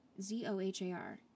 Z-O-H-A-R